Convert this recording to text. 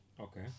Okay